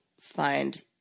find